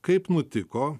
kaip nutiko